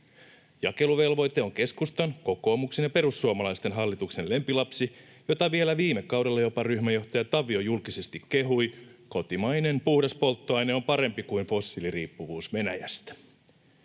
Jakeluvelvoite on keskustan, kokoomuksen ja perussuomalaisten hallituksen lempilapsi, jota vielä viime kaudella jopa ryhmäjohtaja Tavio julkisesti kehui: ”Kotimainen puhdas polttoaine on parempi kuin fossiiliriippuvuus Venäjästä”.